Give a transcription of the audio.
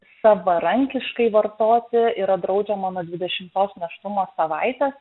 savarankiškai vartoti yra draudžiama nuo dvidešimtos nėštumo savaitės